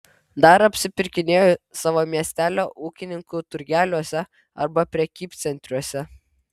dar apsipirkinėju savo miestelio ūkininkų turgeliuose arba prekybcentriuose